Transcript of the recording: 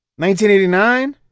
1989